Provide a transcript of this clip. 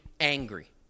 angry